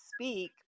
speak